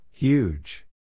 Huge